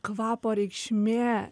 kvapo reikšmė